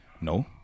no